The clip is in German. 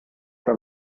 von